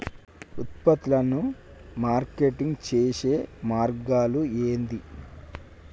ఉత్పత్తులను మార్కెటింగ్ చేసే మార్గాలు ఏంది?